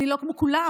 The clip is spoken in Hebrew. אני לא כמו כולם,